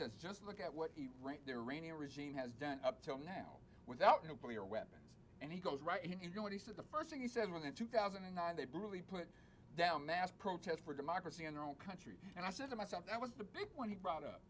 says just look at what you write there renia regime has done up till now without nuclear weapons and he goes right into what he said the first thing he said when in two thousand and nine they brutally put down mass protests for democracy in their own country and i said to myself that was the big one he brought up